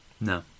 No